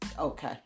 Okay